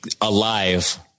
Alive